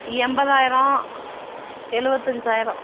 எண்பதாயரம் எழுபத்தஞ்சாயரம்